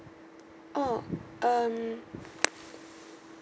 oh um